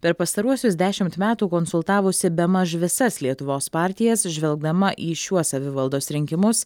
per pastaruosius dešimt metų konsultavosi bemaž visas lietuvos partijas žvelgdama į šiuos savivaldos rinkimus